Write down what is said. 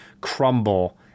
crumble